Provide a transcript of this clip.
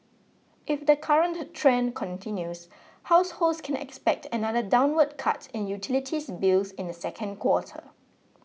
if the current trend continues households can expect another downward cut in utilities bills in the second quarter